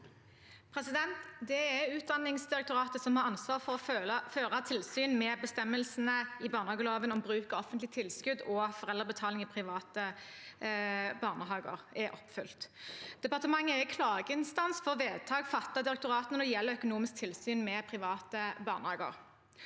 Det er Ut- danningsdirektoratet som har ansvar for å føre tilsyn med om bestemmelsene i barnehageloven om bruk av offentlige tilskudd og foreldrebetaling i private barnehager er oppfylt. Departementet er klageinstans for vedtak fattet av direktoratet når det gjelder økonomisk tilsyn med private barnehager.